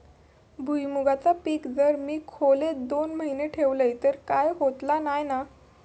भुईमूगाचा पीक जर मी खोलेत दोन महिने ठेवलंय तर काय होतला नाय ना?